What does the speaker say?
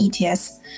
ETS